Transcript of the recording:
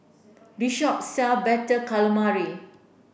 this shop sell better calamari